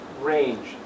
range